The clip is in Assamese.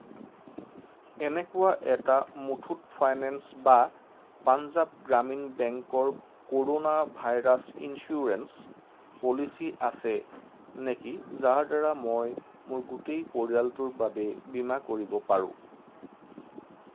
এনেকুৱা এটা মুথুত ফাইনেন্স বা পাঞ্জাৱ গ্ৰামীণ বেংকৰ ক'ৰ'না ভাইৰাছ ইঞ্চুৰেঞ্চ পলিচী আছে নেকি যাৰদ্বাৰা মই মোৰ গোটেই পৰিয়ালটোৰ বাবে বীমা কৰিব পাৰোঁ